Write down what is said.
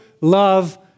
love